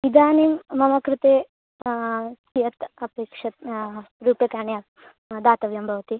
इदानीं मम कृते यत् अपेक्ष्यते रूप्यकाणि दातव्यं भवति